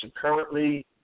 currently